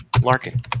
Larkin